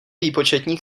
výpočetní